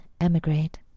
emigrate